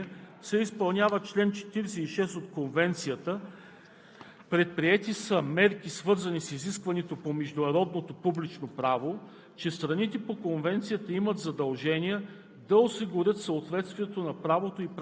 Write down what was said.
В края на изложението вносителят подчерта, че с предложените изменения и допълнения се изпълнява чл. 46 от Конвенцията, предприети са мерките, свързани с изискването на международното публично право,